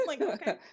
okay